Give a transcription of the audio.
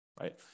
right